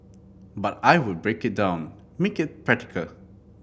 but I would break it down make it practical